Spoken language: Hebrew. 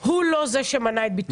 הוא לא זה שמנע את ביטול ההיטל.